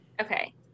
Okay